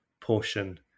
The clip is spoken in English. portion